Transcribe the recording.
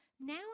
now